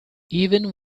even